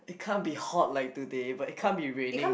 it can't be hot like today but it can't be raining